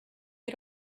had